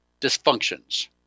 dysfunctions